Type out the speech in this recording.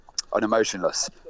unemotionless